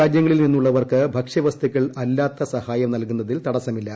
രാജ്യങ്ങളിൽ നിന്നുള്ളവർക്ക് പ്രഭക്ഷ്യവസ്തുക്കൾ അല്ലാത്ത മറ് സഹായം നൽകുന്നതിൽ തടസ്സ്മില്ല